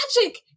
magic